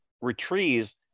retrieves